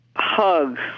hug